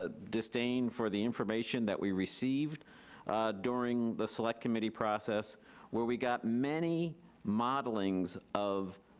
ah disdain for the information that we receive during the select committee process where we got many modelings of